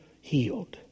healed